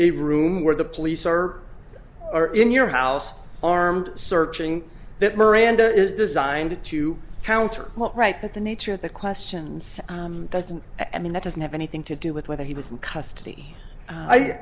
a room where the police are or in your house armed searching that miranda is designed to counter right that the nature of the questions doesn't mean that doesn't have anything to do with whether he was in custody